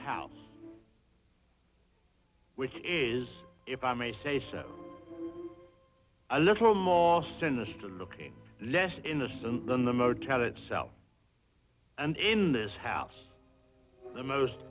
house which is if i may say so a little more sinister looking less innocent than the motel itself and in this house the most